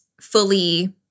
fully